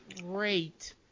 great